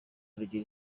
rugira